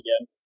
again